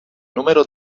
número